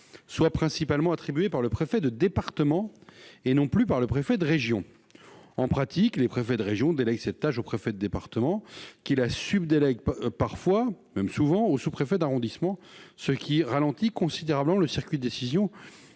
soient principalement attribuées par le préfet de département, et non plus par le préfet de région. En pratique, les préfets de région délèguent cette tâche aux préfets de département, qui la subdélèguent parfois aux sous-préfets d'arrondissement, ce qui ralentit considérablement le circuit de décision.